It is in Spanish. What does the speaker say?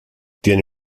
tiene